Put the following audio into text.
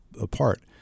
apart